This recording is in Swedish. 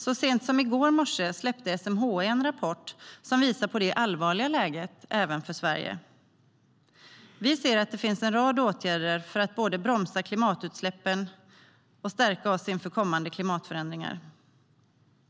Så sent som i går morse släppte SMHI en rapport som visar på det allvarliga läget även för Sverige. Vi ser att det finns en rad åtgärder för att både bromsa klimatutsläppen och stärka oss inför kommande klimatförändringar.